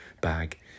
bag